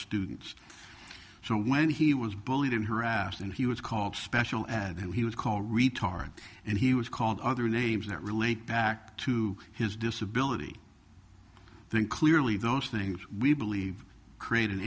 students so when he was bullied and harassed and he was called special ed and he was called a retard and he was called other names that relate back to his disability i think clearly those things we believe create